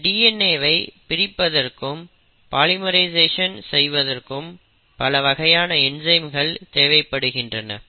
இந்த DNA வை பிரிப்பதற்கும் பாலிமரைசேஷன் செய்வதற்கும் பல வகையான என்சைம்கள் தேவைப்படுகின்றன